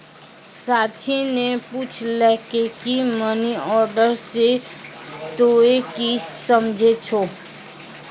साक्षी ने पुछलकै की मनी ऑर्डर से तोंए की समझै छौ